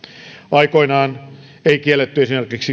aikoinaan ei esimerkiksi kielletty